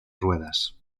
ruedas